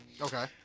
Okay